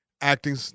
acting